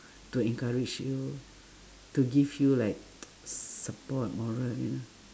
to encourage you to give you like support morally lah